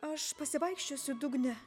aš pasivaikščiosiu dugne